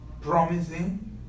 promising